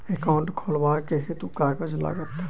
Account खोलाबक हेतु केँ कागज लागत?